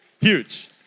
Huge